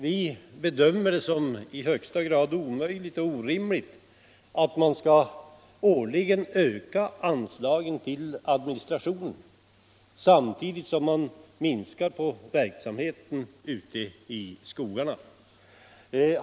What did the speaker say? Vi bedömer det som omöjligt och i högsta grad orimligt att årligen öka anslagen till administrationen samtidigt som man minskar verksamheten ute i skogarna.